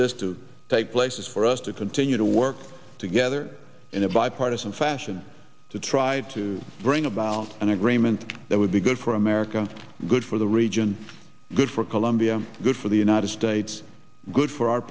this to take place is for us to continue to work together in a bipartisan fashion to try to bring about an agreement that would be good for america good for the region good for colombia good for the united states good for our